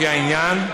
לפי העניין.